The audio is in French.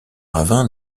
ravin